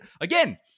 again